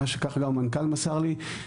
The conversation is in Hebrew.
כך גם המנכ"ל מסר לי,